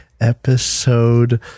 Episode